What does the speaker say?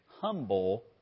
humble